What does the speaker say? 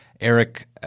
Eric